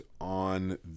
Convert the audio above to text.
on